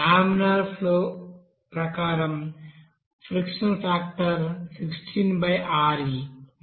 laminar flow కోసం frictional factor 16Re